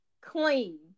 clean